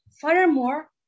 Furthermore